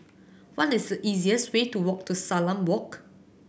what is the easiest way to walk to Salam Walk